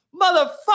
Motherfucker